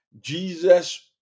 Jesus